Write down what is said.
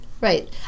Right